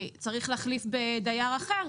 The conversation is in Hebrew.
צריך להחליף בדייר אחר,